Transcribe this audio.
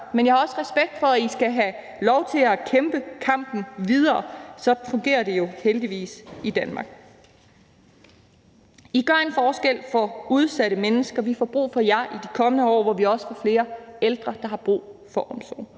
Men jeg har også respekt for, at I skal have lov til at kæmpe kampen videre; sådan fungerer det jo heldigvis i Danmark. I gør en forskel for udsatte mennesker. Vi får brug for jer i de kommende år, hvor vi også får flere ældre, der har brug for omsorg.